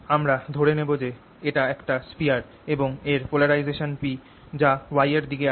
আমরা ধরে নেবো যে এটা একটা স্ফিয়ার এবং এর পোলারাইজেশন P যা Y এর দিকে আছে